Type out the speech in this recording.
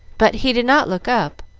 but he did not look up,